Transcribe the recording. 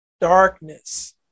darkness